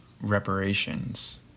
reparations